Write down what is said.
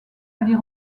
aller